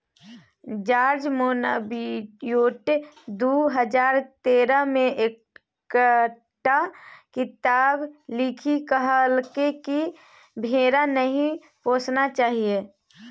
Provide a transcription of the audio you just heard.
George Monbiot दु हजार तेरह मे एकटा किताप लिखि कहलकै कि भेड़ा नहि पोसना चाही